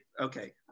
okay